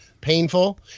painful